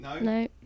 No